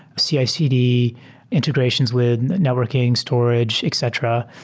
cicd integrations with networking, storage, etc,